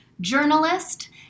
journalist